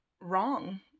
wrong